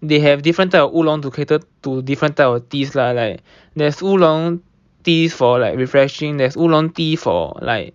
they have different type of oolong to cater to different type of teas lah like there's oolong tea for like refreshing there's oolong tea for like